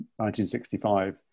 1965